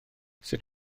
sut